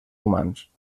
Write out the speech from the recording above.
humans